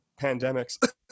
pandemics